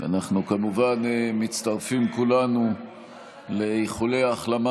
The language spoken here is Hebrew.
ואנחנו כמובן מצטרפים כולנו לאיחולי ההחלמה